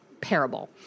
parable